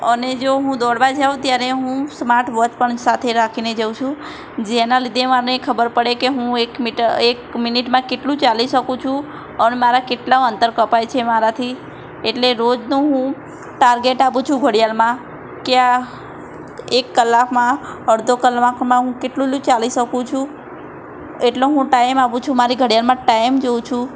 અને જો હું દોડવા જાઉં ત્યારે હું સ્માટ વોચ પણ સાથે રાખીને જાઉં છું જેનાં લીધે મને ખબર પડે કે હું એક એક મિનિટમાં કેટલું ચાલી શકું છું અને મારા કેટલા અંતર કપાય છે મારાથી એટલે રોજનું હું ટાર્ગેટ આપું છું ઘડિયાળમાં કે આ એક કલાકમાં અડધો કલાકમાં હું કેટલું ચાલી શકું છું એટલો હું ટાઈમ આપું છું મારી ઘડિયાળમાં ટાઈમ જોઉં છું